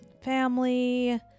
family